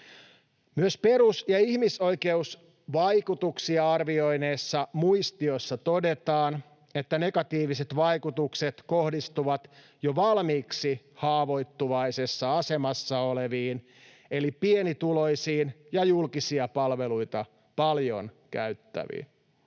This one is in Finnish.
Myös perus- ja ihmisoikeusvaikutuksia arvioineessa muistiossa todetaan, että negatiiviset vaikutukset kohdistuvat jo valmiiksi haavoittuvaisessa asemassa oleviin eli pienituloisiin ja julkisia palveluita paljon käyttäviin.